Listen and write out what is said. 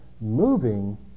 moving